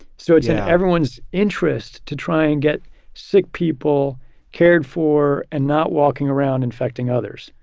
so it's in everyone's interest to try and get sick. people cared for and not walking around infecting others.